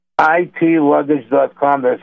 itluggage.com